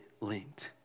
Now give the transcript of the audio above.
linked